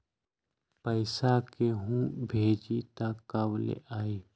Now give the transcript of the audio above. पैसा केहु भेजी त कब ले आई?